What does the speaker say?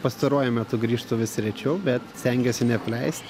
pastaruoju metu grįžtu vis rečiau bet stengiuosi neapleist